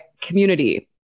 Community